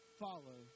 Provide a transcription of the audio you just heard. follow